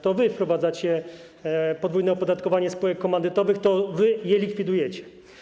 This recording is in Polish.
To wy wprowadzacie podwójne opodatkowanie spółek komandytowych, to wy je likwidujecie.